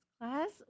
class